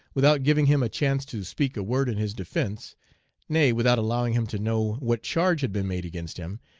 without giving him a chance to speak a word in his defence nay, without allowing him to know what charge had been made against him,